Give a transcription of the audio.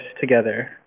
together